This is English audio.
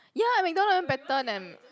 ya McDonald even better than